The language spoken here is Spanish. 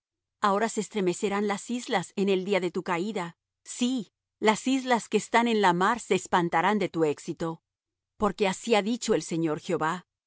ahora se estremecerán las islas en el día de tu caída sí las islas que están en la mar se espantarán de tu éxito porque así ha dicho el señor jehová